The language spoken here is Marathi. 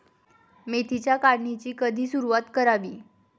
मेथीच्या काढणीची कधी सुरूवात करावी?